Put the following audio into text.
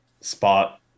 spot